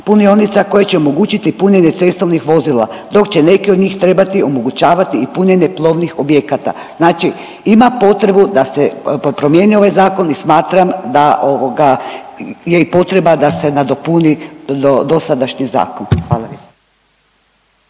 punionica koje će omogućiti punjenje cestovnih vozila dok će neki od njih trebati omogućavati i punjenje plovnih objekata. Znači ima potrebu da se promijeni ovaj zakon i smatram da ovoga je i potreba da se nadopuni dosadašnji zakon, hvala